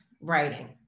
writing